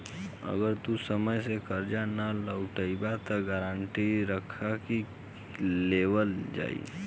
अगर तू समय से कर्जा ना लौटइबऽ त गारंटी रख लेवल जाई